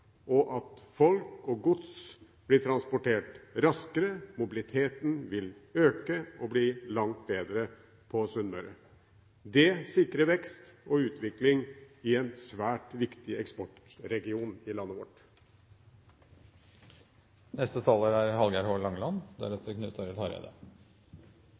at folk og gods blir transportert raskere, og at mobiliteten vil øke og bli langt bedre på Sunnmøre. Det sikrer vekst og utvikling i en svært viktig eksportregion i landet vårt.